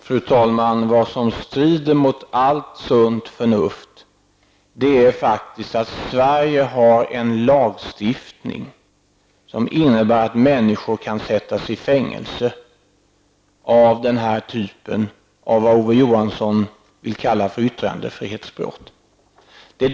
Fru talman! Vad som strider mot allt sunt förnuft är faktiskt att Sverige har en lagstiftning som innebär att människor kan sättas i fängelse på grund av denna typ av brott, som Kurt Ove Johansson vill kalla för yttrandefrihetsbrott.